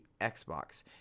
Xbox